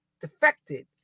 Defected